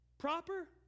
Proper